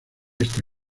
esta